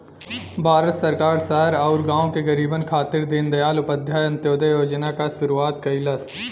भारत सरकार शहर आउर गाँव के गरीबन खातिर दीनदयाल उपाध्याय अंत्योदय योजना क शुरूआत कइलस